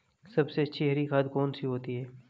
सबसे अच्छी हरी खाद कौन सी होती है?